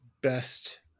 best